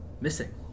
missing